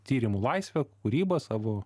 tyrimų laisvę kūrybą savo